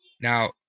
Now